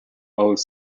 owes